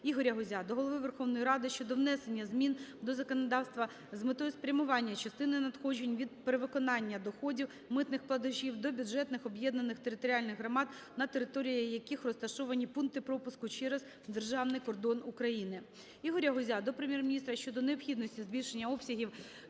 Ігоря Гузя до Голови Верховної Ради щодо внесення змін до законодавства з метою спрямування частини надходжень від перевиконання доходів митних платежів до бюджетів об’єднаних територіальних громад, на території яких розташовані пункти пропуску через Державний кордон України. Ігоря Гузя до Прем'єр-міністра щодо необхідності збільшення обсягів